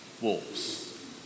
wolves